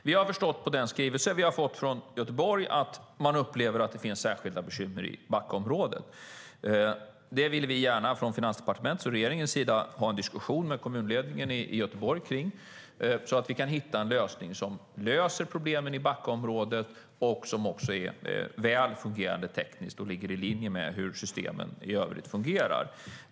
Vi har förstått av den skrivelse vi har fått från Göteborg att man upplever att det finns särskilda bekymmer i Backaområdet. Regeringen och Finansdepartementet vill gärna diskutera detta med kommunledningen i Göteborg så att vi kan hitta en lösning för problemen i Backaområdet som också fungerar väl tekniskt och ligger i linje med hur systemen i övrigt fungerar.